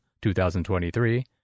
2023